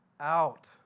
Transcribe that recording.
out